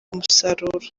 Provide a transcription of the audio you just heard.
umusaruro